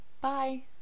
Bye